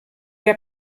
der